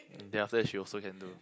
and then after that she also can do